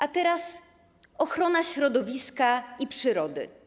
A teraz ochrona środowiska i przyrody.